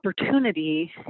opportunity